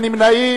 נמנעים,